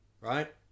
right